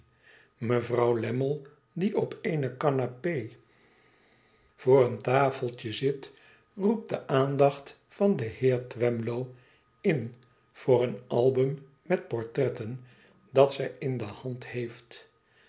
mevrouw lammie die op eene canapé voor een tafeltje zit roept de aandacht van den heer twemlow in voor een album met portretten dat zij in de hand heeft